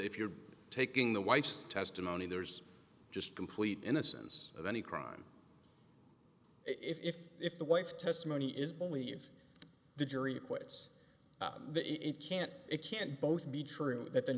if you're taking the wife's testimony there's just complete innocence of any crime if if the wife testimony is only if the jury acquits the it can't it can't both be true that the